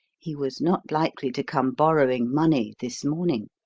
he was not likely to come borrowing money this morning.